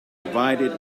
divided